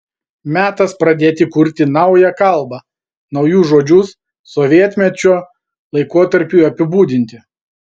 metas pradėti kurti naują kalbą naujus žodžius sovietmečio laikotarpiui apibūdinti